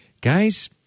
guys